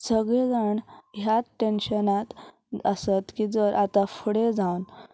सगळें जाण ह्याच टेंन्शनांत आसत की जर आतां फुडें जावन